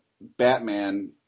batman